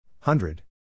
Hundred